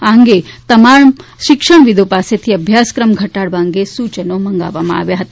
આ અંગે તમામ શિક્ષણવિદો પાસેથી અભ્યાસક્રમ ઘટાડવા અંગે સુચનો મંગાવવામાં આવ્યા હતા